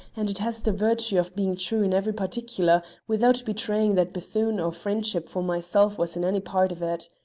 and it has the virtue of being true in every particular, without betraying that bethune or friendship for myself was in any part of it.